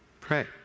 Pray